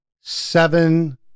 seven